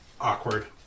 awkward